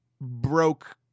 broke